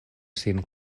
sin